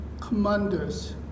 commanders